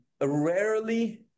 Rarely